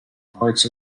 parts